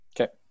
okay